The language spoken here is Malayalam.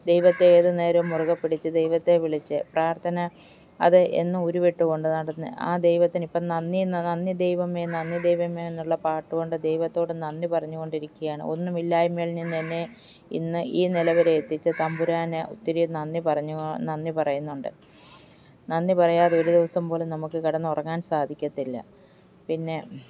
ദൈവത്തെ ഏതു നേരവും മുറുകെപ്പിടിച്ച് ദൈവത്തെ വിളിച്ചു പ്രാർത്ഥന അത് എന്നും ഉരുവിട്ടു കൊണ്ടു നടന്ന് ആ ദൈവത്തിനിപ്പം നന്നിന്ന നന്ദി ദൈവമെ നന്ദി ദൈവമേ എന്നുള്ള പാട്ടു കൊണ്ട് ദൈവത്തോടു നന്ദി പറഞ്ഞു കൊണ്ടിരിയ്ക്കയാണ് ഒന്നുമില്ലായ്മയിൽ നിന്നു തന്നെ ഇന്ന് ഈ നിലവരെ എത്തിച്ച തമ്പുരാന് ഒത്തിരി നന്ദി പറഞ്ഞു നന്ദി പറയുന്നുണ്ട് നന്ദി പറയാതെ ഒരു ദിവസം പോലും നമുക്ക് കിടന്നുറങ്ങാൻ സാധിക്കത്തില്ല പിന്നെ